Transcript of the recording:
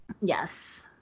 Yes